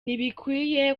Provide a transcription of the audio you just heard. ntibikwiye